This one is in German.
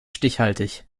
stichhaltig